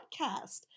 podcast